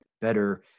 better